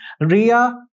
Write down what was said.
Ria